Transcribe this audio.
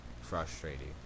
frustrating